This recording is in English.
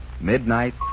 Midnight